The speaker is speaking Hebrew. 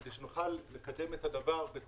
כדי שנוכל לקדם את הדבר בצורה